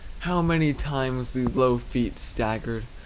how many times these low feet staggered,